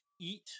eat